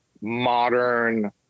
modern